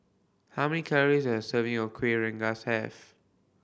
how many calories does a serving of Kueh Rengas have